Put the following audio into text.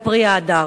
היה פרי ההדר.